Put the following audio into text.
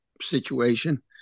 situation